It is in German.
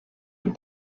ein